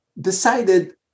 decided